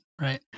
right